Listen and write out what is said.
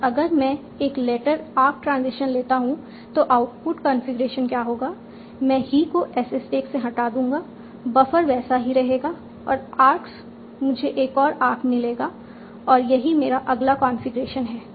और अगर मैं एक लेफ्ट आर्क ट्रांजिशन लेता हूं तो आउटपुट कॉन्फ़िगरेशन क्या होगा मैं ही को S स्टैक से हटा दूंगा बफर वैसे ही रहेगा और आर्क्स मुझे एक और आर्क मिलेगा और यही मेरा अगला कॉन्फ़िगरेशन है